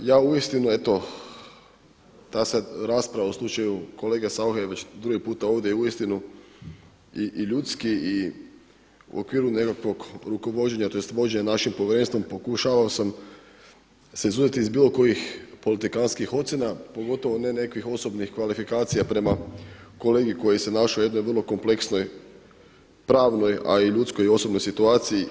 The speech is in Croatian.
Kolega Pernar, ja uistinu eto ta se rasprava u slučaju kolege Sauche već drugi puta ovdje uistinu i ljudski i u okviru nekakvog rukovođenja, tj. vođenja našim povjerenstvom pokušavao sam se izuzeti iz bilo kojih politikantskih ocjena, pogotovo ne nekakvih osobnih kvalifikacija prema kolegi koji se našao u jednoj vrlo kompleksnoj, pravnoj a i ljudskoj i osobnoj situaciji.